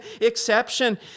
exception